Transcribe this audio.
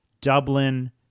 Dublin